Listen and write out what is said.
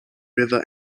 river